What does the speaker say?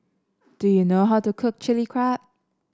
do you know how to cook Chilli Crab